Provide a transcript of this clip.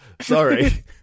sorry